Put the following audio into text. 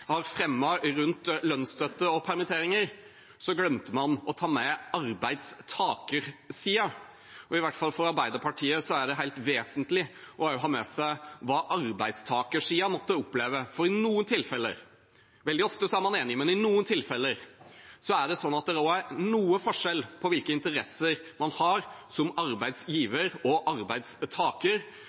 lønnsstøtte og permitteringer, glemmer man å ta med arbeidstakersiden. I hvert fall for Arbeiderpartiet er det helt vesentlig å ha med seg hva arbeidstakersiden måtte oppleve. Veldig ofte er man enig, men i noen tilfeller er det sånn at det er noe forskjell på hvilke interesser man har som arbeidsgiver og arbeidstaker,